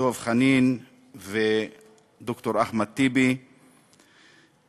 דב חנין וד"ר אחמד טיבי דיברו